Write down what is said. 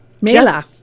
Mela